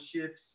shifts